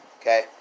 okay